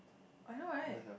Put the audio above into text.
I know right